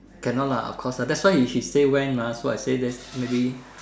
cannot lah of course ah that's why if she say when ah so I say just maybe